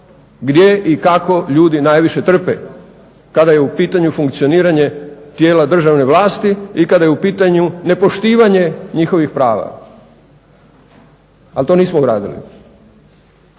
gdje i kako ljudi najviše trpe kada je u pitanju funkcioniranje tijela državne vlasti i kada je u pitanju nepoštivanje njihovih prava. Ali to nismo uradili.